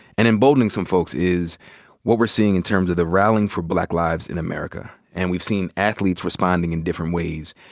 and emboldening some folks is what we're seeing in terms of the rallying for black lives in america. and we've seen athletes responding in different ways.